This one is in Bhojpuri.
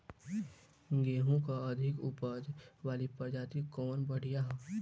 गेहूँ क अधिक ऊपज वाली प्रजाति कवन बढ़ियां ह?